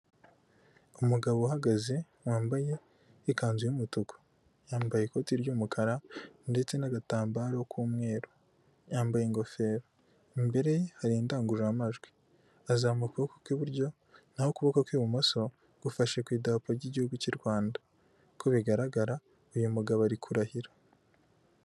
Umugabo uhagaze wambaye ikanzu y'umutuku, yambaye ikoti ry'umukara ndetse n'agatambaro k'umweru, yambaye ingofero, imbere hari indangururamajwi, azamuye ukuboko kw'iburyo, naho ukuboko kw'ibumoso gufashe ku idarapo ry'igihugu cy'u Rwanda, uko bigaragara uyu mugabo ari kurahira.